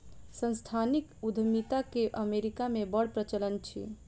सांस्थानिक उद्यमिता के अमेरिका मे बड़ प्रचलन अछि